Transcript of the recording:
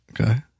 Okay